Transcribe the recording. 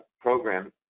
program